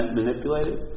manipulated